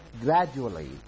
gradually